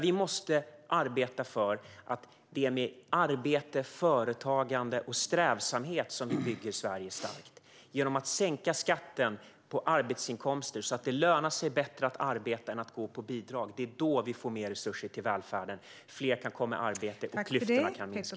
Vi måste arbeta, för det är med arbete, företagande och strävsamhet som vi bygger Sverige starkt. Genom att sänka skatten på arbetsinkomster så att det lönar sig bättre att arbeta än att gå på bidrag får vi mer resurser till välfärden så att fler kan komma i arbete och klyftorna kan minska.